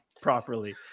properly